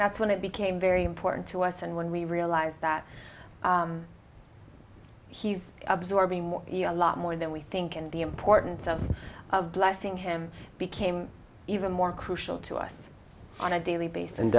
that's when it became very important to us and when we realize that he's absorbing more a lot more than we think and the importance of of blessing him became even more crucial to us on a daily basis and